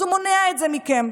אז הוא מונע את זה מכם.